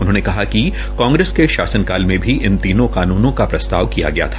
उन्होंने कहा कि कांग्रेस के शासन काल में भी इन तीनों कानूनों का प्रस्ताव किया गया था